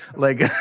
like.